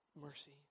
mercy